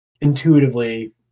intuitively